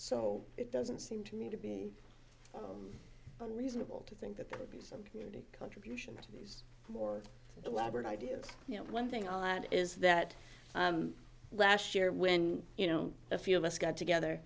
so it doesn't seem to me to be reasonable to think that there would be some community contribution to these more elaborate ideas you know one thing i'll add is that last year when you know a few of us got together